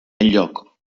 enlloc